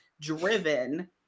driven